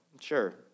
sure